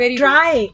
try